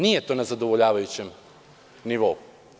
Nije to na zadovoljavajućem nivou.